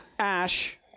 Ash